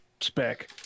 spec